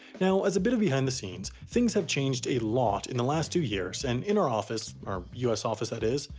now, as a bit of behind the scenes, thing have changed a lot in the last two years and in our office, our us office that is,